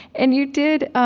and you did